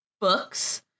books